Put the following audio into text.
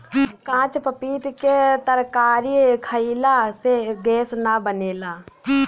काच पपीता के तरकारी खयिला से गैस नाइ बनेला